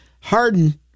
Harden